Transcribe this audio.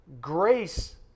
grace